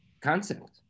concept